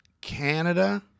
Canada